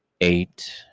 eight